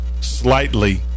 slightly